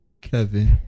Kevin